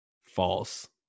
False